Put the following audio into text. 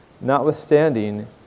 notwithstanding